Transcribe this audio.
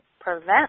prevent